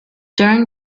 during